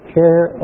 care